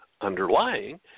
underlying